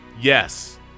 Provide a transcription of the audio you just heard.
Yes